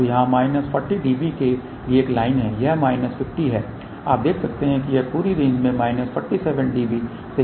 तो यहां minus 40 dB के लिए एक लाइन है यह माइनस 50 है आप देख सकते हैं कि यह पूरी रेंज में माइनस 47 dB से कम है